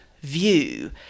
view